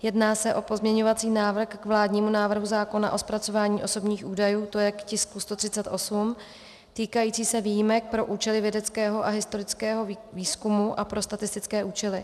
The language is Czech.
Jedná se o pozměňovací návrh k vládnímu návrhu zákona o zpracování osobních údajů, tj. k tisku 138, týkající se výjimek pro účely vědeckého a historického výzkumu a pro statistické účely.